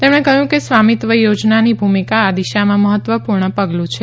તેમણે કહયું સ્વામિત્વ યોજનાની ભૂમિકા આ દિશામાં મહત્વપુર્ણ પગલું છે